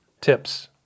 tips